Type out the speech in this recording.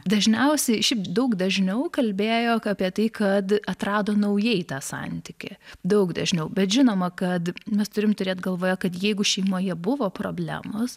dažniausiai šiaip daug dažniau kalbėjo apie tai kad atrado naujai tą santykį daug dažniau bet žinoma kad mes turim turėt galvoje kad jeigu šeimoje buvo problemos